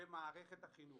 במערכת החינוך.